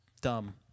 dumb